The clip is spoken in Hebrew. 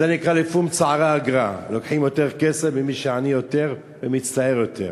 זה נקרא "לפום צערא אגרא" לוקחים יותר כסף ממי שעני יותר ומצטער יותר.